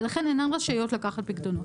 ולכן הן אינן רשאיות לקחת פיקדונות.